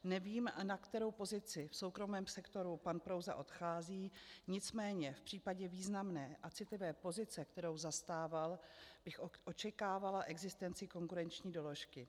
Nevím, na kterou pozici v soukromém sektoru pan Prouza odchází, nicméně v případě významné a citlivé pozice, kterou zastával, bych očekávala existenci konkurenční doložky.